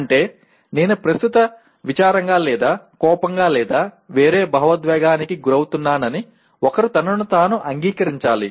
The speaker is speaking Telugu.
అంటే నేను ప్రస్తుతం విచారంగా లేదా కోపంగా లేదా వేరే భావోద్వేగానికి గురవుతున్నానని ఒకరు తనను తాను అంగీకరించాలి